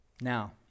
Now